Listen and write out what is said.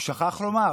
הוא שכח לומר: